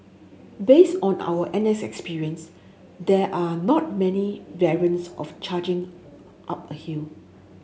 based on our N S experience there are not many variants of charging up a hill